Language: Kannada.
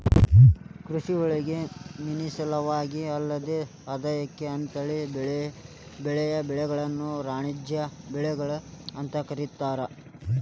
ಕೃಷಿಯೊಳಗ ಮನಿಸಲುವಾಗಿ ಅಲ್ಲದ ಆದಾಯಕ್ಕ ಅಂತೇಳಿ ಬೆಳಿಯೋ ಬೆಳಿಗಳನ್ನ ವಾಣಿಜ್ಯ ಬೆಳಿಗಳು ಅಂತ ಕರೇತಾರ